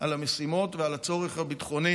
על המשימות ועל הצורך הביטחוני.